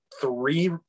three